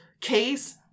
case